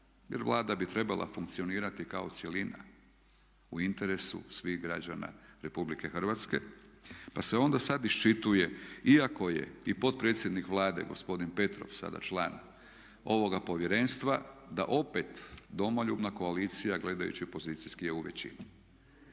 jer Vlada bi trebala funkcionirati kao cjelina u interesu svih građana RH pa se onda sad iščituje iako je i potpredsjednik Vlade gospodin Petrov sada član ovoga povjerenstva da opet Domoljubna koalicija gledajući pozicijski je u većini.